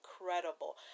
incredible